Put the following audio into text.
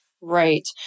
Right